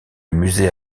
musée